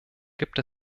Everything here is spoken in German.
gibt